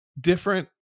different